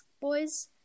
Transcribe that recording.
boys